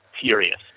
furious